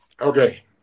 Okay